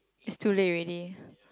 it's too late already